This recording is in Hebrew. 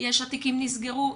יש שהתיקים נסגרו.